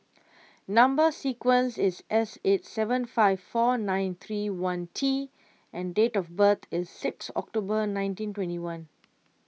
Number Sequence is S eight seven five four nine three one T and date of birth is six October nineteen twenty one